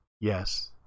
Yes